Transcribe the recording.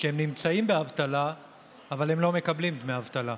שנמצאים באבטלה אבל לא מקבלים דמי אבטלה.